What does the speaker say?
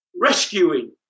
rescuing